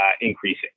increasing